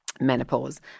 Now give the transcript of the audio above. menopause